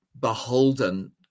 beholden